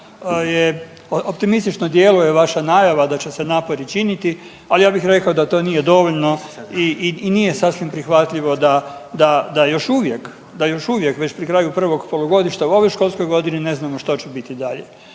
optimistično djeluje vaša najava da će se napori činiti, ali ja bih rekao da to nije dovoljno i nije sasvim prihvatljivo da još uvijek, da još uvijek već pri kraju prvog polugodišta u ovoj školskoj godini ne znamo što će biti dalje.